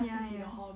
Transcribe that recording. ya ya